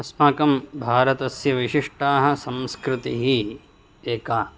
अस्माकं भारतस्य विशिष्टाः संस्कृतिः एका